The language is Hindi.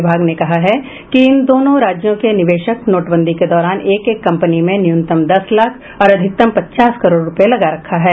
विभाग ने कहा है कि इन दोनों राज्यों के निवेशक नोटबंदी के दौरान एक एक कंपनी में न्यूनतम दस लाख और अधिकतम पचास करोड़ रूपये लगा रखा है